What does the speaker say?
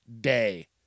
day